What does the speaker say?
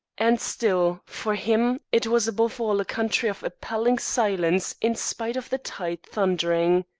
and still, for him, it was above all a country of appalling silence in spite of the tide thundering.